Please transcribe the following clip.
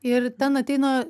ir ten ateina